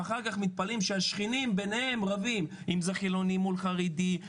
ואחר כך מתפלאים שהשכנים ביניהם רבים אם זה חילונים מול חרדים,